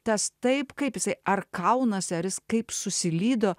tas taip kaip jisai ar kaunasi ar jis kaip susilydo